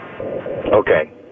Okay